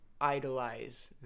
idolize